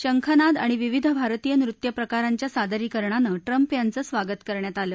शंखनाद आणि विविध भारतीय नृत्य प्रकारांच्या सादरीकरणानं ट्रम्प यांचं स्वागत करण्यात आलं